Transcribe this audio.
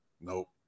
Nope